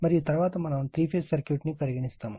మరియు తరువాత మనము 3 ఫేజ్ సర్క్యూట్ ను పరిగణిస్తాము